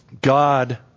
God